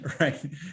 right